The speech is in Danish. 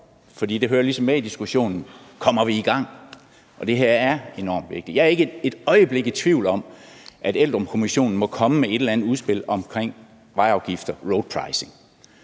Det hører ligesom med i diskussionen: Kommer vi i gang? Det her er enormt vigtigt. Jeg er ikke et øjeblik i tvivl om, at Eldrupkommissionen må komme med et eller andet udspil om vejafgifter, roadpricing.